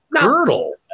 girdle